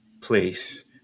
place